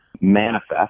manifest